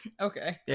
okay